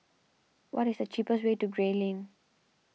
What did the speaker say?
what is the cheapest way to Gray Lane